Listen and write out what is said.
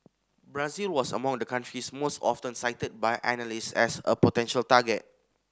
Brazil was among the countries most often cited by analyst as a potential target